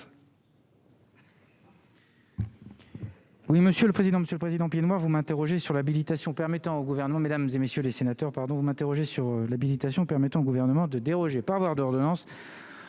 Oui, monsieur le président, Monsieur le Président, moi vous m'interrogez sur l'habilitation permettant, au gouvernement, mesdames et messieurs les sénateurs, pardon, vous m'interrogez sur l'habilitation permettant au gouvernement de déroger par avoir d'ordonnance.